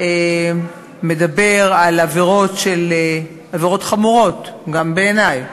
מדבר על עבירות חמורות, גם בעיני,